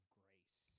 grace